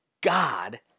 God